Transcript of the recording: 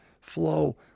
flow